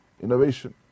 innovation